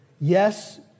Yes